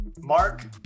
Mark